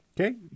okay